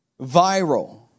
viral